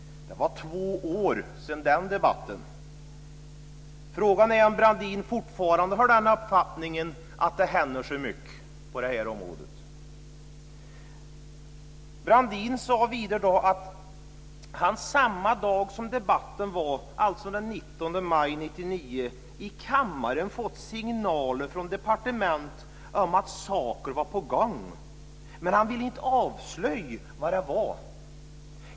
Det är två år sedan den debatten. Frågan är om Brandin fortfarande har den uppfattningen att det händer så mycket på det här området. Brandin sade vidare då att han samma dag som debatten var, alltså den 19 maj 1999, i kammaren fått signaler från departementet om att saker var på gång, men han ville inte avslöja vad det var.